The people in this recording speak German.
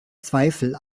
zweifel